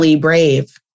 brave